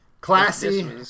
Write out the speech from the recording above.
classy